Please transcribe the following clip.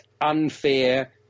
unfair